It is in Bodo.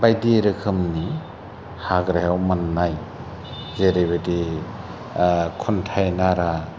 बायदि रोखोमनि हाग्रायाव मोननाय जेरैबायदि खुन्थाय नारा